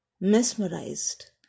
mesmerized